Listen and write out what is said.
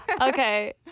okay